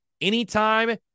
anytime